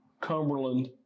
Cumberland